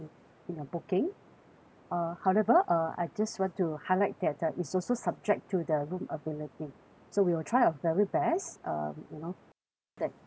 in your booking uh however uh I just want to highlight that uh it's also subject to the room availability so we will try our very best um you know to ensure that